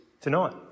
tonight